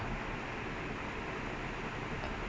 I replied to her then she replied back with the form